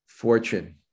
Fortune